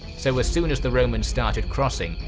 so as soon as the romans started crossing,